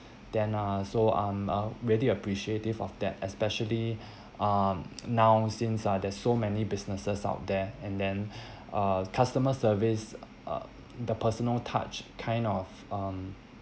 then uh so I'm uh really appreciative of that especially um now since ah there so many businesses out there and then uh customer service uh the personal touch kind of um